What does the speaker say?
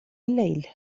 الليل